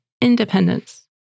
independence